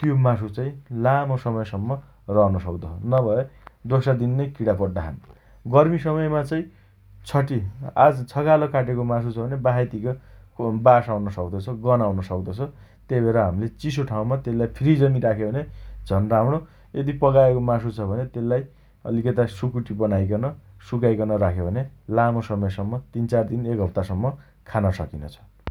त्यो मासु् चाइ लामो समयसम्म रहन सक्दोछ । नभए दोस्रा दिन नै किणा पड्ड सक्ता छन् । गर्मी समयमा छटि आज छकाल काटेको मासु छ भने बासाइतिक अम बास आउन सक्तो छ । गन आउन सक्तो छ । तेइ भएर हमीले चिसो ठाउँमा तेइलाई फ्रिजमी राखे भने झन् राम्णो यदि पकाएको मासु छ भने तेल्लाइ अलिकता सुकुटी बनाइकन सुकाइकन राख्यो भने लामो समयसम्म तिनचारदिन एक हप्तासम्म खान सकिनोछ ।